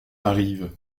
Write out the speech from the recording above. arrive